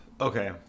Okay